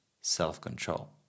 self-control